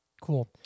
Cool